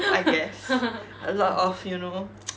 I guess a lot of you know